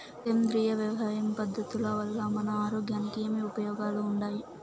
సేంద్రియ వ్యవసాయం పద్ధతుల వల్ల మన ఆరోగ్యానికి ఏమి ఉపయోగాలు వుండాయి?